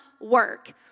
work